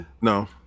no